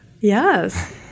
Yes